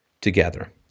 together